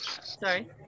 Sorry